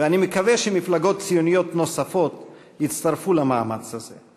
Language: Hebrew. ואני מקווה שמפלגות ציוניות נוספות יצטרפו למאמץ הזה.